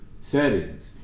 settings